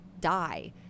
die